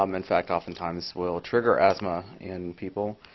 um in fact, oftentimes will trigger asthma in people.